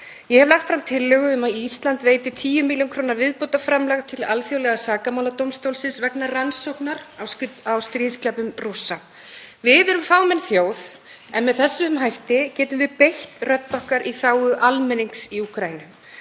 Ég hef lagt fram tillögu um að Ísland veiti 10 millj. kr. viðbótarframlag til Alþjóðlega sakamáladómstólsins vegna rannsóknar á stríðsglæpum Rússa. Við erum fámenn þjóð, en með þessum hætti getum við beitt rödd okkar í þágu almennings í Úkraínu.